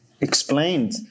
explained